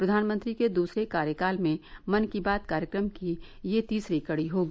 प्रधानमंत्री के दूसरे कार्यकाल में मन की बात कार्यक्रम की यह तीसरी कड़ी होगी